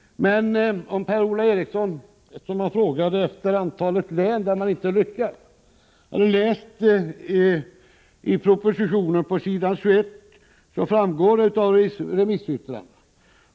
Om Per-Ola Eriksson, som frågade efter antalet län där man inte har lyckats, hade läst i propositionen på s. 21 skulle han ha funnit att detta framgår av remissyttrandena.